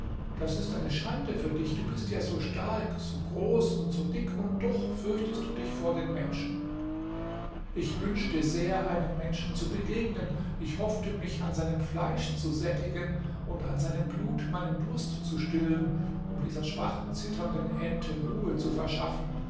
das ist eine schande für dich du bist ja so stark so groß und so dick und doch fürchtest du dich vor den menschen ich wünschte sehr einem menschen zu begegnen ich hoffte mich an seinem fleisch zu sättigen und an seinem blut meinen durst zu stillen um dieser schwachen zitternden ente ruhe zu verschaffen